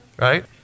right